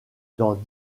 dans